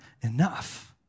enough